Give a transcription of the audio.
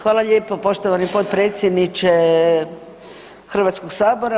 Hvala lijepo poštovani potpredsjedniče Hrvatskog sabora.